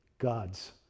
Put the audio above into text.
God's